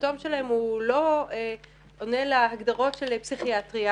שהסימפטום שלהם הוא לא עונה להגדרות של פסיכיאטריה,